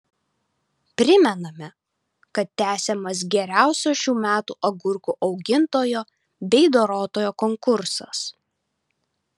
primename kad tęsiamas geriausio šių metų agurkų augintojo bei dorotojo konkursas